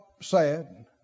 sad